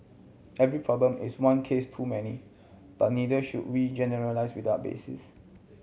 every problem is one case too many but neither should we generalise without basis